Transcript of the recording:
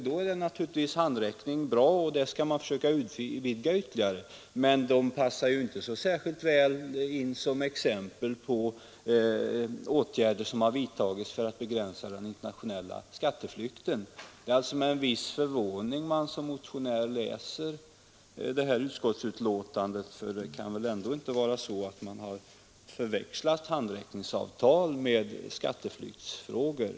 Då är naturligtvis handräckningsåtgärder bra, och man skall försöka utvidga dem ytterligare, men de passar inte särskilt väl in som exempel på åtgärder som vidtagits för att begränsa den internationella skatteflykten. Det är alltså med en viss förvåning man som motionär läser utskottsbetänkandet, för det kan väl ändå inte vara så, att utskottet har förväxlat handräckningsavtal med skatteflyktsfrågor?